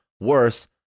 worse